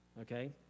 Okay